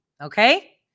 okay